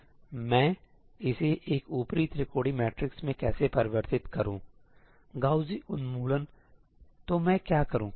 ठीक है इसलिए मैं इसे एक ऊपरी त्रिकोणीय मैट्रिक्स में कैसे परिवर्तित करूं इसलिए गाऊसी उन्मूलन तो मैं क्या करूं